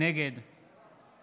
נגד